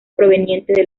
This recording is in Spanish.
proveniente